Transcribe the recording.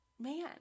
Man